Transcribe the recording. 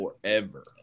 forever